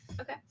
Okay